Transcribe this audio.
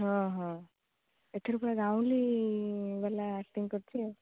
ହଁ ହଁ ଏଥିରେ ପୁରା ଗାଉଁଲି ବାଲା ଆକ୍ଟିଂ କରିଛି ଆଉ